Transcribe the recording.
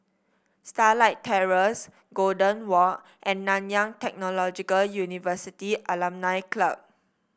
Starlight Terrace Golden Walk and Nanyang Technological University Alumni Club